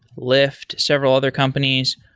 lyft, several other companies.